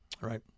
right